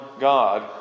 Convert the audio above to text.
God